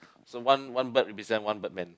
so one one bird represent one bird man